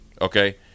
Okay